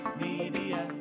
media